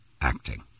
acting